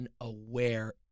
unaware